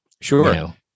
Sure